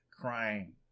crying